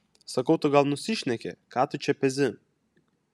sakau tu gal nusišneki ką tu čia pezi